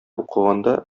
укыганда